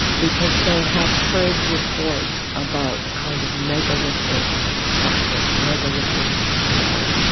because they had heard reports about a kind of megalithic practice, megalithic display,